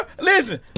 Listen